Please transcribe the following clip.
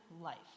life